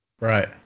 right